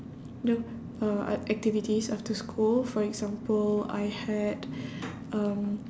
the uh activities after school for example I had um